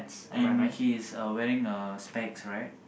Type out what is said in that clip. and he is uh wearing a specs right